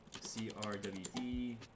CRWD